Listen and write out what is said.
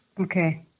Okay